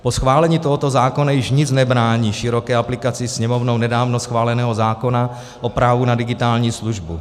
Po schválení tohoto zákona již nic nebrání široké aplikaci Sněmovnou nedávno schváleného zákona o právu na digitální službu.